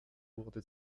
wurde